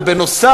ונוסף